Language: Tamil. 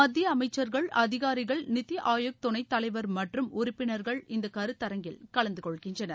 மத்திய அமைச்சர்கள் அதிகாரிகள் நித்தி ஆயோக் துணைத் தலைவர் மற்றும் உறுப்பினர்கள் இந்த கருத்தரங்கில் கலந்து கொள்கின்றனர்